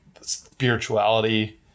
spirituality